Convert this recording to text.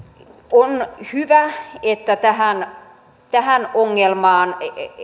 on hyvä että tähän tähän ongelmaan